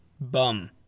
bum